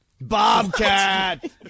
Bobcat